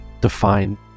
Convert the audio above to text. define